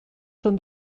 són